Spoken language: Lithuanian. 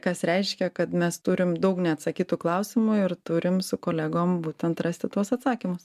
kas reiškia kad mes turim daug neatsakytų klausimų ir turim su kolegom būtent rasti tuos atsakymus